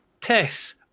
Tess